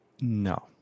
No